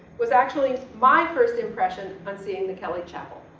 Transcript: was actually my first impression on seeing the kelly chapel.